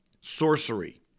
sorcery